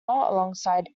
alongside